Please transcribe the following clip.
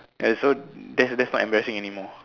and so that's that's not embarrassing anymore